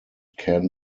can